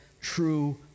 true